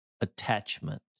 attachment